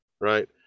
right